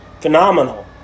phenomenal